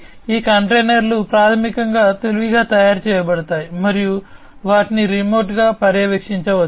ఈ కంటైనర్లు ప్రాథమికంగా తెలివిగా తయారు చేయబడతాయి మరియు వాటిని రిమోట్గా పర్యవేక్షించవచ్చు